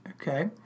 Okay